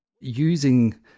using